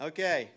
Okay